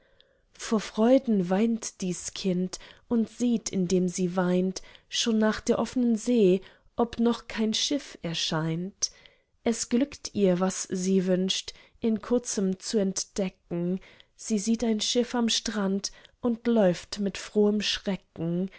vor freuden weint dies kind und sieht indem sie weint schon nach der offnen see ob noch kein schiff erscheint es glückt ihr was sie wünscht in kurzem zu entdecken sie sieht ein schiff am strand und läuft mit frohem schrecken